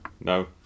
No